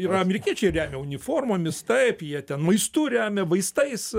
ir amerikiečiai remia uniformomis taip jie ten maistu remia vaistais